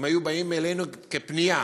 אם היו באים אלינו בפנייה,